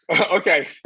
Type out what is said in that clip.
Okay